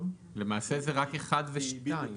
למעשה, זה רק (1) ו(2).